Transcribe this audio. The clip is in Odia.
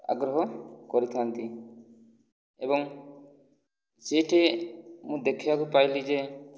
ଆଗ୍ରହ କରିଥାନ୍ତି ଏବଂ ସେଇଠି ମୁଁ ଦେଖିବାକୁ ପାଇଲି ଯେ